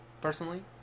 personally